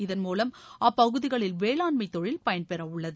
இதன் மூலம் அப்பகுதிகளில் வேளாண்மை தொழில் பயன்பெறவுள்ளது